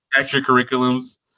extracurriculums